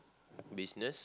business